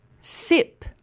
Sip